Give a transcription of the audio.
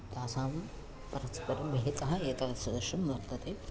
तासां परस्परं बहिः तः एतत् सदृशं वर्तते